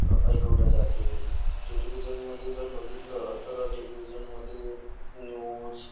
ऐकवले जाते टेलिव्हिजनमध्ये जर बघितलं तर टेलिव्हिजनमध्ये न्यूज